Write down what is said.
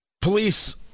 Police